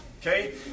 Okay